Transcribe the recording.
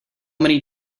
many